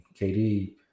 KD